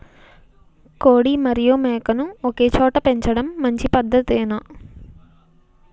కోడి మరియు మేక ను ఒకేచోట పెంచడం మంచి పద్ధతేనా?